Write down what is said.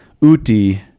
Uti